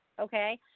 okay